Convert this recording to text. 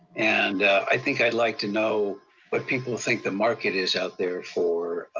and i think i'd like to know what people think the market is out there for